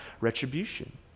retribution